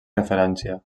referència